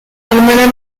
hermana